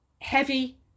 heavy